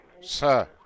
Sir